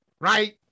Right